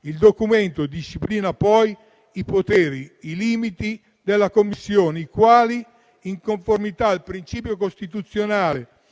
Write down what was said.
Il documento disciplina, poi, i poteri e i limiti della Commissione, i quali, in conformità al principio costituzionale